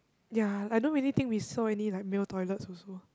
ya I don't really think we saw any like male toilets also